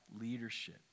leadership